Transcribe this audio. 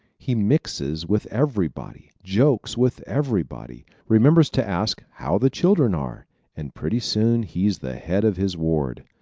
he mixes with everybody, jokes with everybody, remembers to ask how the children are and pretty soon he's the head of his ward.